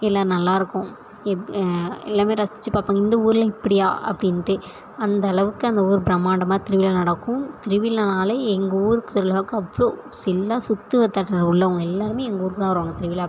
எல்லாம் நல்லா இருக்கும் எப் எல்லாருமே ரசித்து பார்ப்பாங்க இந்த ஊரில் இப்படியா அப்படின்ட்டு அந்தளவுக்கு அந்த ஊர் பிரம்மாண்டமாக திருவிழா நடக்கும் திருவிழானாலே எங்கள் ஊர் திருவிழாவுக்கு அவ்வளோ எல்லா சுற்று வட்டாரத்தல உள்ளவங்க எல்லோருமே எங்கள் ஊருக்கு தான் வருவாங்க திருவிழா பார்க்க